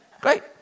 great